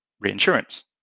Reinsurance